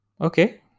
Okay